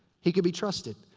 he can be trusted.